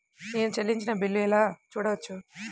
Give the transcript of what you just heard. నేను చెల్లించిన బిల్లు ఎలా చూడవచ్చు?